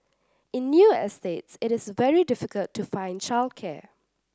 in new estates it is very difficult to find childcare